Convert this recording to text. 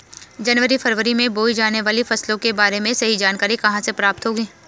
जनवरी फरवरी में बोई जाने वाली फसलों के बारे में सही जानकारी कहाँ से प्राप्त होगी?